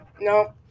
No